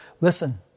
listen